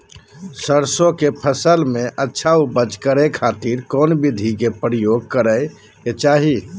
सरसों के फसल में अच्छा उपज करे खातिर कौन विधि के प्रयोग करे के चाही?